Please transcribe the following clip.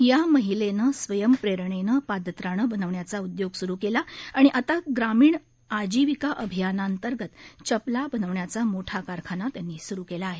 या महिलेनं स्वयंप्ररणेनं पादत्राणे बनवण्याचा उद्योग सुरु केला आणि आता ग्रामीण आजिविका अभियानाअंतर्गत चपला बनवण्याचा मोठा कारखाना सुरु केला आहे